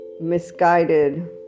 misguided